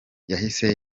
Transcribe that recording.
yahise